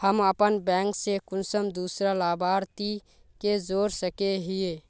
हम अपन बैंक से कुंसम दूसरा लाभारती के जोड़ सके हिय?